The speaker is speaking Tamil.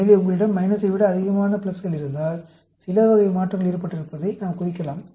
எனவே உங்களிடம் மைனஸை விட அதிகமான பிளஸ்கள் இருந்தால் சில வகை மாற்றங்கள் ஏற்பட்டிருப்பதை நாம் குறிக்கலாம்